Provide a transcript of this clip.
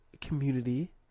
community